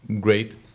great